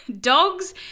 Dogs